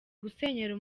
gusenyera